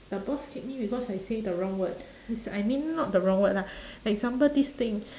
the boss kick me because I say the wrong word is I mean not the wrong word lah example this thing